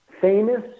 famous